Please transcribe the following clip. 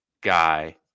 guy